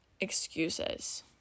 excuses